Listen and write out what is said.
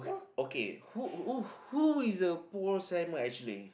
okay who who who is the Paul Simon actually